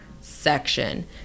section